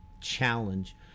challenge